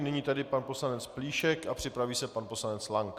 Nyní tedy pan poslanec Plíšek, připraví se pan poslanec Lank.